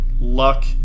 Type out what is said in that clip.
luck